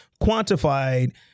quantified